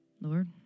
Lord